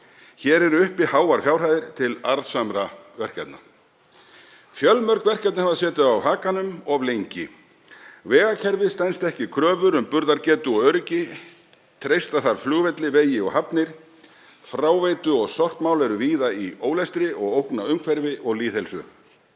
Hér eru uppi háar fjárhæðir til arðsamra verkefna. Fjölmörg verkefni hafa setið á hakanum of lengi. Vegakerfið stenst ekki kröfur um burðargetu og öryggi. Treysta þarf flugvelli, vegi og hafnir. Fráveitu- og sorpmál eru víða í ólestri og ógna umhverfi og lýðheilsu.